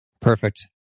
Perfect